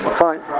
fine